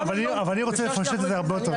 אני רוצה לפשט את זה הרבה יותר.